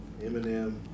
Eminem